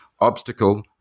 obstacle